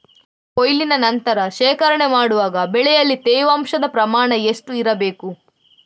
ಕೊಯ್ಲಿನ ನಂತರ ಶೇಖರಣೆ ಮಾಡುವಾಗ ಬೆಳೆಯಲ್ಲಿ ತೇವಾಂಶದ ಪ್ರಮಾಣ ಎಷ್ಟು ಇರಬೇಕು?